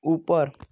ऊपर